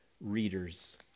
readers